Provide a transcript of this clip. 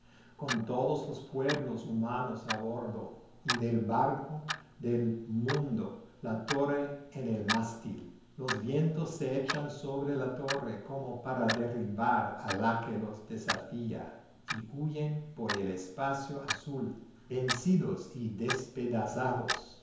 con todos los pueblos humanos a bordo y del barco del mundo la torre en el mástil los vientos se echan sobre la torre como para derribar a la que los desafía y huyen por el espacio azul vencidos y despedazados